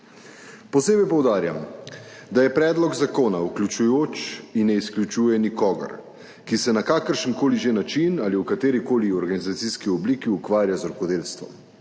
Posebej poudarjam, da je predlog zakona vključujoč in ne izključuje nikogar, ki se na kakršenkoli že način ali v katerikoli organizacijski obliki ukvarja z rokodelstvom.